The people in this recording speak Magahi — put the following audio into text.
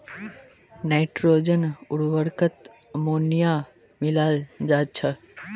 नाइट्रोजन उर्वरकत अमोनिया मिलाल जा छेक